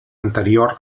anterior